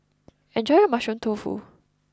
enjoy your Mushroom Tofu